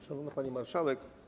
Szanowna Pani Marszałek!